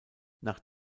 nach